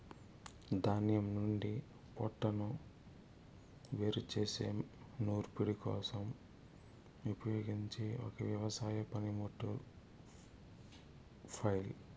ధాన్యం నుండి పోట్టును వేరు చేసే నూర్పిడి కోసం ఉపయోగించే ఒక వ్యవసాయ పనిముట్టు ఫ్లైల్